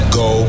go